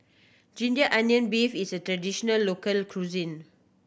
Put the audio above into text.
ginger onion beef is a traditional local cuisine